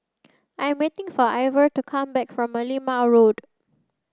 I am waiting for Ivor to come back from Merlimau Road